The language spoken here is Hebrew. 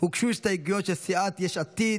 הוגשו הסתייגויות של סיעת יש עתיד,